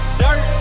dirt